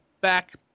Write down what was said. back